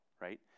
right